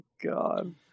God